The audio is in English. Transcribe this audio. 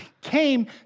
came